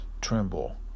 tremble